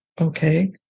okay